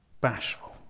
bashful